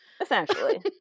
Essentially